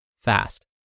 fast